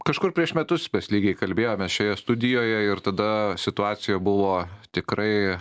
kažkur prieš metus mes lygiai kalbėjomės šioje studijoje ir tada situacija buvo tikrai